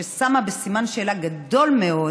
ששמה בסימן שאלה גדול מאוד